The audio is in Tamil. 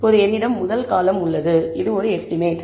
இப்போது என்னிடம் முதல் காலம் உள்ளது இது ஒரு எஸ்டிமேட்